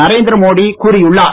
நரேந்திர மோடி கூறியுள்ளார்